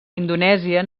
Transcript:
indonèsia